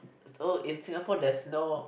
so in Singapore there's no